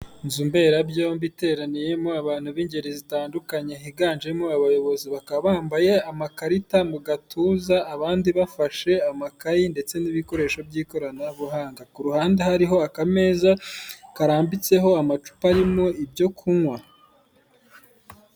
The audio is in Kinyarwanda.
Inzu mberabyombi iteraniyemo abantu b'ingeri zitandukanye higanjemo abayobozi bakaba bambaye amakarita mu gatuza abandi bafashe amakayi ndetse n'ibikoresho by'ikoranabuhanga, ku ruhande hariho akameza karambitseho amacupa arimo ibyo kunywa.